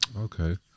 okay